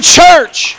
church